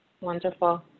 Wonderful